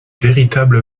véritable